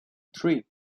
three